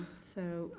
so,